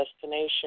destination